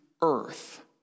earth